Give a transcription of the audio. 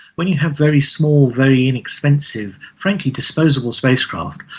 when you have very small, very inexpensive, frankly disposable spacecraft,